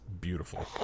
beautiful